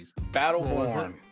Battleborn